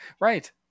Right